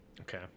okay